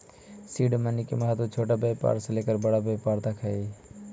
seed money के महत्व छोटा व्यापार से लेकर बड़ा व्यापार तक हई